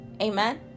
Amen